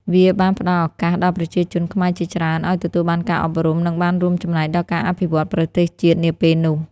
វាបានផ្តល់ឱកាសដល់ប្រជាជនខ្មែរជាច្រើនឱ្យទទួលបានការអប់រំ និងបានរួមចំណែកដល់ការអភិវឌ្ឍប្រទេសជាតិនាពេលនោះ។